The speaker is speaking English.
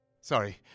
Sorry